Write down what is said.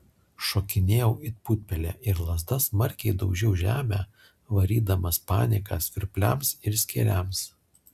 šokinėjau it putpelė ir lazda smarkiai daužiau žemę varydamas paniką svirpliams ir skėriams